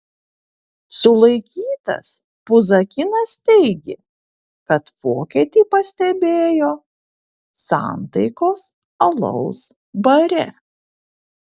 sulaikytas puzakinas teigė kad vokietį pastebėjo santaikos alaus bare